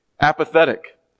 apathetic